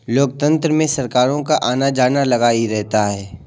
लोकतंत्र में सरकारों का आना जाना लगा ही रहता है